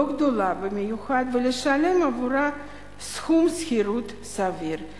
לא גדולה במיוחד, ולשלם עבורה סכום שכירות סביר.